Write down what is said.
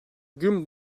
gün